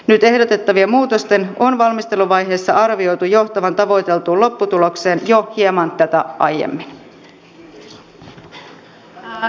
nyt ehdotettavien muutosten on valmisteluvaiheessa arvioitu johtavan tavoiteltuun lopputulokseen jo hieman tätä aiemmin